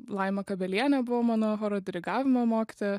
laima kabelienė buvo mano horo dirigavimo mokytoja